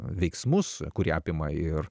veiksmus kurie apima ir